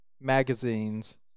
magazine's